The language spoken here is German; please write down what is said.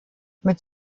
mit